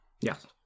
yes